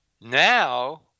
Now